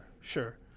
sure